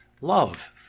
love